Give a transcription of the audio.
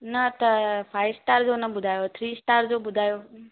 न त five star जो न बुधायो थ्री स्टार जो बुधायो